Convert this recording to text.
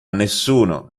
nessuno